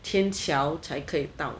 天桥才可以到